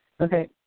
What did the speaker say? Okay